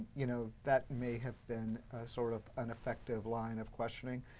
you know that may have been sort of an effective line of questioning.